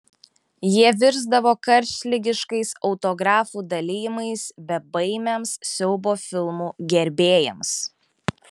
jie virsdavo karštligiškais autografų dalijimais bebaimiams siaubo filmų gerbėjams